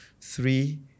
Three